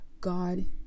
God